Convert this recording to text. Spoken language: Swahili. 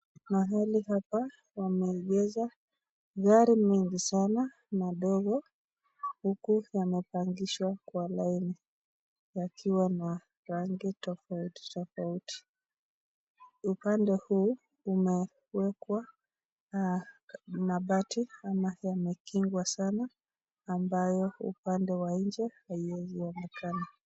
Mahali hapa wameegesha gari nyingi sana na ndogo huku amepangisha kwa laini yakiwa ni ya rangi tofauti tofauti. Upande huu umewekwa mabati imekingwa sana ambayo upande wa nje haiwezi onekana.